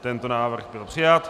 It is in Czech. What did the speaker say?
Tento návrh byl přijat.